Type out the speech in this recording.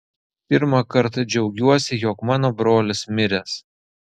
pirmąkart džiaugiuosi jog mano brolis miręs